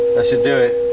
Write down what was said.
i should do it.